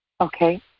Okay